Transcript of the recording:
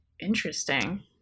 Interesting